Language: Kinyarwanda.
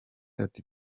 ati